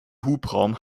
hubraum